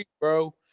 bro